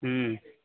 ہوں